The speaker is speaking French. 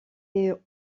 est